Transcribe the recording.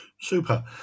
super